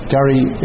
Gary